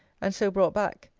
and so brought back,